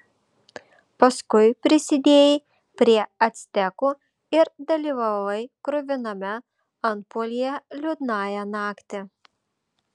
paskui prisidėjai prie actekų ir dalyvavai kruviname antpuolyje liūdnąją naktį